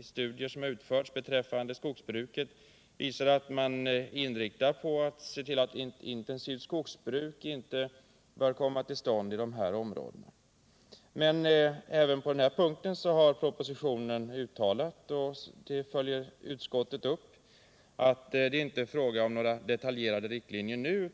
studier som utförts beträffande skogsbruket visar att man är inriktad på att se till att ett intensivt skogsbruk inte bör komma till stånd i dessa områden. Men även på denna punkt har propositionen uttalat — och det följer utskottet upp — att det inte är fråga om några detaljerade riktlinjer nu.